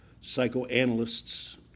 psychoanalysts